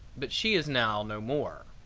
but she is now no more.